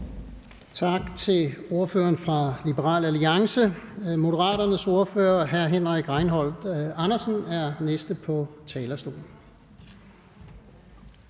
Tak til ordføreren fra Liberal Alliance. Moderaternes ordfører, hr. Henrik Rejnholt Andersen, er den næste på talerstolen.